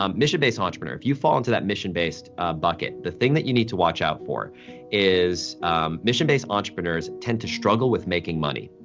um mission-based entrepreneur, if you fall into that mission-based bucket, the thing that you need to watch out for is mission-based entrepreneurs tend to struggle with making money.